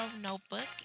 notebook